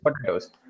potatoes